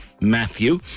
Matthew